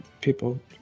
people